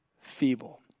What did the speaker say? feeble